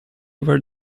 were